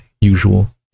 usual